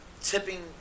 tipping